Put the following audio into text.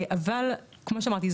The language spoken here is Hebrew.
אבל כמו שאמרתי,